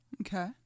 Okay